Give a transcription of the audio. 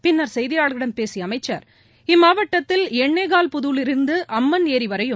பின்னர் செய்தியாளர்களிடம் பேசிய அமைச்சர் இம்மாவட்டத்தில் என்னேகால் புதூரிலிருந்து அம்மன் ஏரி வரையும்